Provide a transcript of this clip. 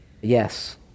Yes